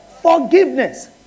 Forgiveness